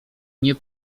nie